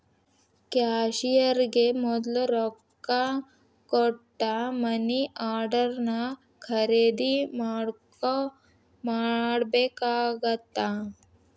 ಕ್ಯಾಶಿಯರ್ಗೆ ಮೊದ್ಲ ರೊಕ್ಕಾ ಕೊಟ್ಟ ಮನಿ ಆರ್ಡರ್ನ ಖರೇದಿ ಮಾಡ್ಬೇಕಾಗತ್ತಾ